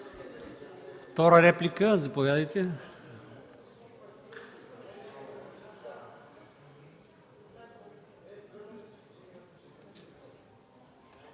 Втора реплика – заповядайте.